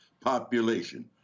population